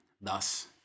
thus